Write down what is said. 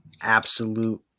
absolute